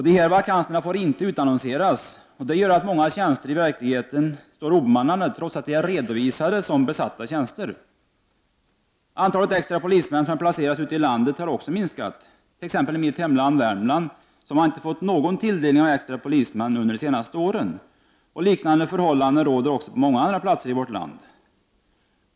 Dessa vakanser får inte utannonseras, och det gör att många tjänster i verkligheten står obemannade, trots att de är redovisade som besatta tjänster. Också antalet extra polismän som placeras ute i landet har minskat. I t.ex. mitt hemlän Värmland har man inte fått någon tilldelning av extra polismän under de senaste åren. Liknande förhållanden råder på många andra platser i vårt land.